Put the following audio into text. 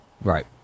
Right